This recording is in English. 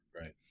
right